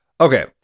Okay